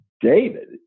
david